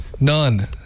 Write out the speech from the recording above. none